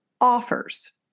offers